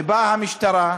ובאה המשטרה,